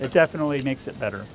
it definitely makes it better